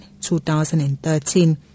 2013